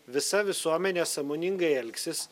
visa visuomenė sąmoningai elgsis